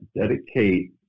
dedicate